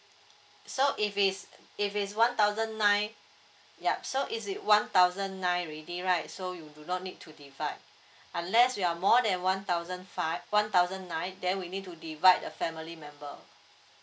so if it's if it's one thousand nine yup so is it one thousand nine already right so you do not need to divide unless you are more than one thousand five one thousand nine then we need to divide the family member